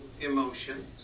emotions